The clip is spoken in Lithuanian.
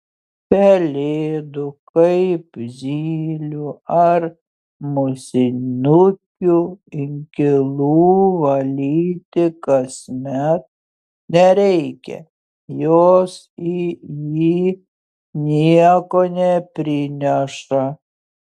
pelėdų kaip zylių ar musinukių inkilų valyti kasmet nereikia jos į jį nieko neprineša